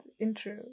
intro